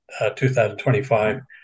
2025